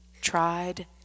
tried